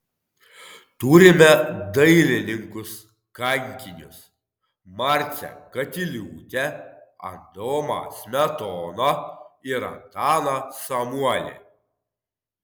turime dailininkus kankinius marcę katiliūtę adomą smetoną ir antaną samuolį